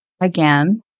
again